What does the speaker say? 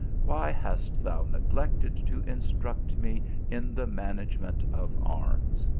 why hast thou neglected to instruct me in the manage ment of arms?